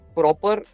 proper